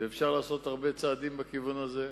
ואפשר לעשות הרבה צעדים בכיוון הזה,